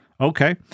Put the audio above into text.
Okay